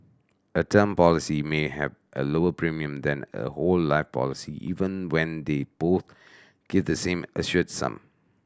a term policy may have a lower premium than a whole life policy even when they both give the same assured sum